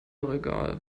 regal